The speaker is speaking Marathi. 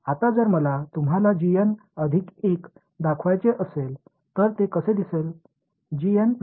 आता जर मला तुम्हाला अधिक 1 दाखवायचे असेल तर ते कसे दिसेल